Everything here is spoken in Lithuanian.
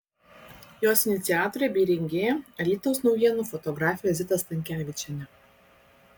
jos iniciatorė bei rengėja alytaus naujienų fotografė zita stankevičienė